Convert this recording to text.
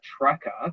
tracker